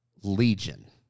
legion